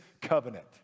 covenant